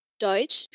Deutsch